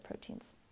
proteins